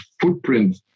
footprint